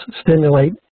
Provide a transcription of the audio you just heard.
stimulate